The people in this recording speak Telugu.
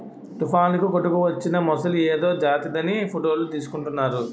తుఫానుకు కొట్టుకువచ్చిన మొసలి ఏదో జాతిదని ఫోటోలు తీసుకుంటున్నారు